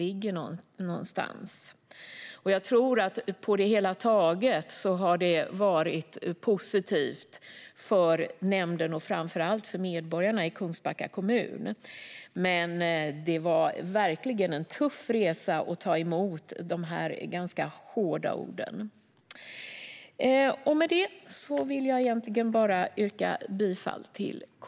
Jag tror att detta på det hela taget har varit positivt för nämnden och framför allt för medborgarna i Kungsbacka kommun, men det var verkligen en tuff resa att ta emot de ganska hårda orden. Med detta yrkar jag bifall till KU:s förslag.